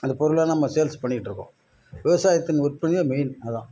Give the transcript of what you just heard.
அந்த பொருளை நம்ம சேல்ஸ் பண்ணிட்டுருக்கோம் விவசாயத்தின் விற்பனை மெயின் அதான்